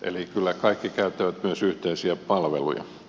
eli kyllä kaikki käyttävät myös yhteisiä palveluja